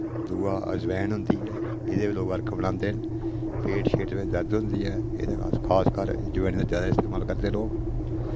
दूआ अजवैन होंदी ऐ एह्दे बी लोक अर्क बनांदे न पेट शेट में दर्द होंदी ऐ एह्दे च खासकर एह् जवैन दा ज्यादा इस्तेमाल करदे लोक